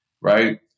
right